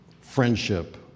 friendship